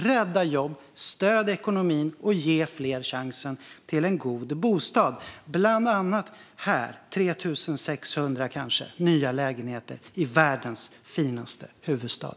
Rädda jobb, stöd ekonomin och ge fler chans till en god bostad, bland annat genom 3 600 lägenheter här i världens finaste huvudstad.